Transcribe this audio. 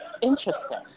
Interesting